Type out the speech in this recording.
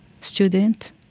student